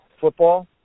football